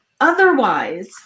Otherwise